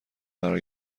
قرار